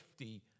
50